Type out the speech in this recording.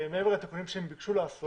תיאורטית, מעבר לתיקונים שהם ביקשו לעשות,